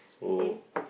I say